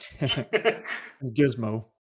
Gizmo